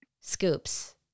scoops